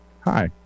Hi